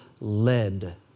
led